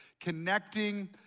Connecting